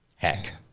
Heck